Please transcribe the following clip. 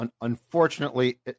Unfortunately